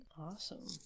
awesome